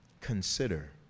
consider